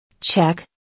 Check